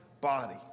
body